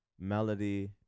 melody